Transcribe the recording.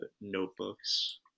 notebooks